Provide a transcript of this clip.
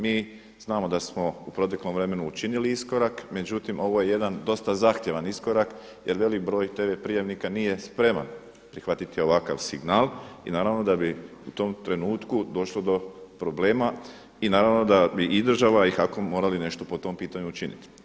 Mi znamo da smo u proteklom vremenu učinili iskorak, međutim ovo je jedan dosta zahtjevan iskorak jer velik broj TV prijemnika nije spreman prihvatiti ovakav signal i naravno da bi u tom trenutku došlo do problema i naravno da bi i država i HAKOM morali po tom pitanju nešto učiniti.